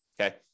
Okay